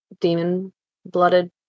demon-blooded